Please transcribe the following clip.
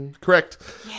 Correct